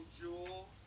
Jewel